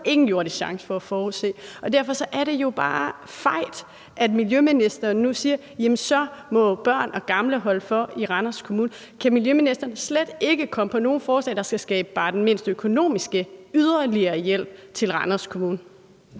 ingen jordisk chance havde for at forudse. Derfor er det også bare fejt, at miljøministeren nu siger, at børn og gamle i Randers Kommune så må holde for. Kan miljøministeren slet ikke komme på nogen forslag, der bare skal skabe den mindste yderligere økonomiske hjælp til Randers Kommune?